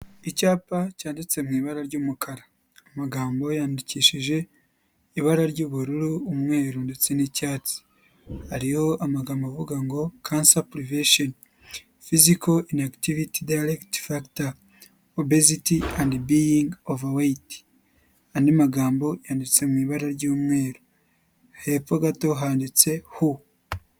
Icyapa cyanditse mu ibara ry'umukara. Amagambo yandikishije ibara ry'ubururu, umweru ndetse n'icyatsi hariho amagambo avuga ngo cancer prevention phyisical inactivity direct factor obesity and being over weight andi magambo yanditse mu ibara ry'umweru hepfo gato handitse hu.